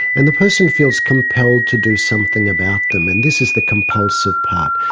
and the person feels compelled to do something about them, and this is the compulsive part.